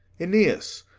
aeneas,